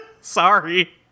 Sorry